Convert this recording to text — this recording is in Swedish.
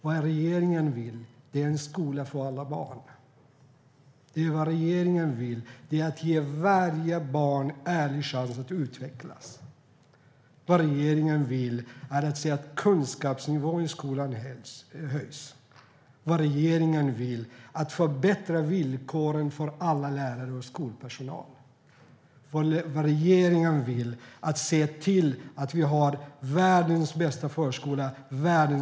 Vad regeringen vill är att ha en skola för alla barn. Vad regeringen vill är att ge varje barn en ärlig chans att utvecklas. Vad regeringen vill är att se att kunskapsnivån i skolan höjs. Vad regeringen vill är att förbättra villkoren för alla lärare och all skolpersonal. Vad regeringen vill är att se till att vi har världens bästa förskola och skola.